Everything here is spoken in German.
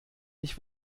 mich